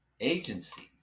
agencies